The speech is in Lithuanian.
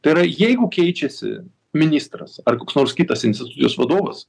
tai yra jeigu keičiasi ministras ar koks nors kitas institucijos vadovas